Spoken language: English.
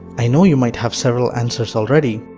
i know you might have several answers already.